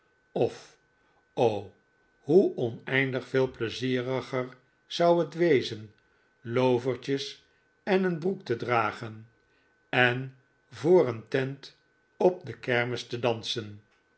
of o hoe oneindig veel pleizieriger zou het wezen loovertjes en een broek te dragen en voor een tent op de kermis te dansen